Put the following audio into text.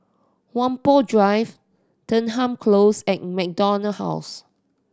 Whampoa Drive Denham Close and MacDonald House